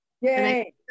Yay